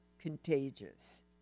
contagious